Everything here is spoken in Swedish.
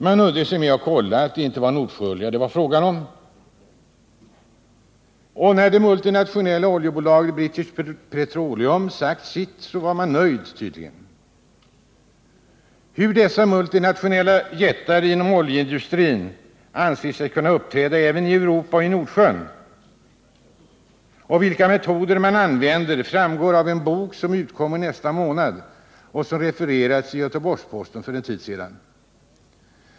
Man nöjde sig med att kontrollera att det inte var fråga om Nordsjöolja, och då det multinationella oljebolaget British Petroleum sagt sitt var man nöjd. Hur dessa multijättar inom oljeindustrin anser sig kunna uppträda även i Europa och i Nordsjön och vilka metoder de använder framgår av en bok, som utkommer nästa månad och som refererades i Göteborgs-Posten för en tid sedan.